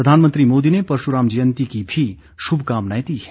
प्रधानमंत्री मोदी ने परशुराम जयंती की भी शुभकामनाएं दी है